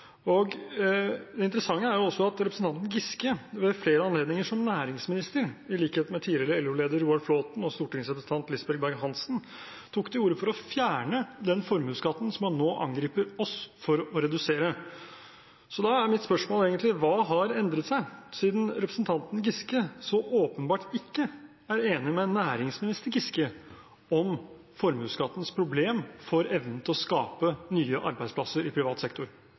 næringslivet. Det interessante er også at representanten Giske ved flere anledninger som næringsminister, i likhet med tidligere LO-leder Roar Flåthen og stortingsrepresentant Lisbeth Berg-Hansen, tok til orde for å fjerne den formuesskatten som han nå angriper oss for å redusere. Da blir mitt spørsmål: Hva har endret seg siden representanten Giske så åpenbart ikke er enig med næringsminister Giske om formuesskattens problem for evnen til å skape nye arbeidsplasser i privat sektor?